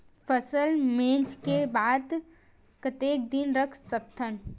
फसल मिंजे के बाद कतेक दिन रख सकथन?